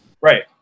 right